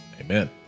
Amen